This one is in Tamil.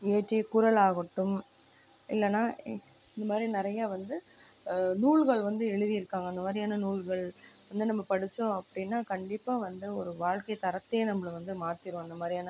இயற்றிய குறள் ஆகட்டும் இல்லைன்னா இந்த மாதிரி நிறையா வந்து நூல்கள் வந்து எழுதியிருக்காங்க இந்த மாதிரியான நூல்கள் வந்து நம்ம படித்தோம் அப்படின்னா கண்டிப்பாக வந்து ஒரு வாழ்க்கைத்தரத்தையே நம்பளை வந்து மாற்றிரும் அந்த மாதிரியான